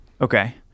Okay